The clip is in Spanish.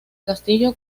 castillo